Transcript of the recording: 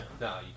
No